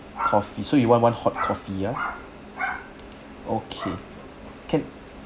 coffee so you want one hot coffee ya okay can